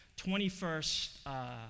21st